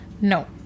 No